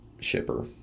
shipper